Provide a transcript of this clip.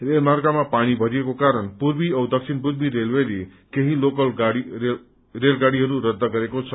रेलर्मागमा पानी भरिएको कारण पूर्वी औ दक्षिण पूर्वी रेलवेले केही लोकल रेलगाड़ीहरू रद्ध गरेको छ